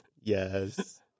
Yes